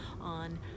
on